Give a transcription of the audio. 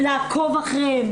--- לעקוב אחריהן,